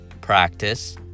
practice